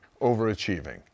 overachieving